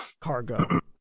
cargo